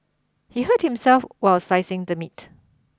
he hurt himself while slicing the meat